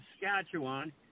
Saskatchewan